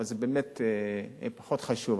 אבל זה באמת פחות חשוב,